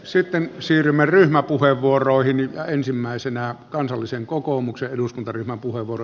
sitten siirrymme ryhmäpuheenvuoroihin ja ensimmäisenä kansallisen kokoomuksen eduskuntaryhmän puheenvuoro